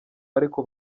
ariko